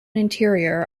interior